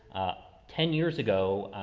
ah, ten years ago,